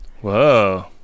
Whoa